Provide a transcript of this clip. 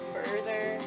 further